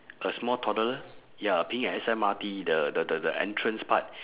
a small toddler ya peeing at S_M_R_T the the the the entrance part